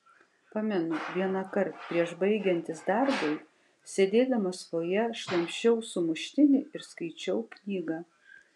pamenu vienąkart prieš baigiantis darbui sėdėdamas fojė šlamščiau sumuštinį ir skaičiau knygą